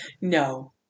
No